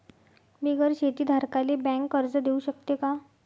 बिगर शेती धारकाले बँक कर्ज देऊ शकते का?